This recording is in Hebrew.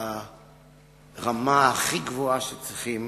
ברמה הכי גבוהה שצריכים